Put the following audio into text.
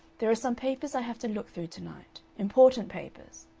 there are some papers i have to look through to-night important papers.